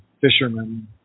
fishermen